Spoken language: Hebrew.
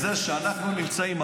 בזה שאנחנו נמצאים,